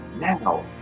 Now